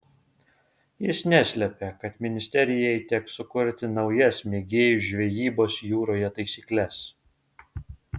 jis neslėpė kad ministerjai teks sukurti naujas mėgėjų žvejybos jūroje taisykles